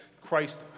Christ